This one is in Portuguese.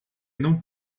não